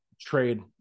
trade